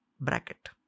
bracket